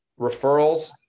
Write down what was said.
referrals